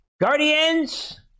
Guardians